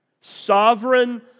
sovereign